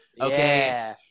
Okay